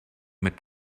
mit